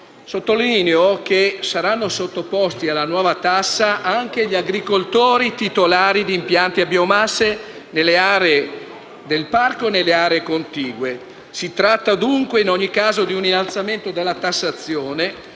Sottolineo che saranno sottoposti alla nuova tassa anche gli agricoltori titolari di impianti a biomasse nelle aree del parco e nelle aree contigue. Si tratta dunque, in ogni caso, di un innalzamento della tassazione